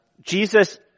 Jesus